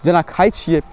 जेना खाय छियै